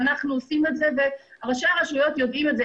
ואנחנו עושים את זה וראשי הרשויות יודעים את זה.